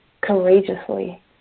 courageously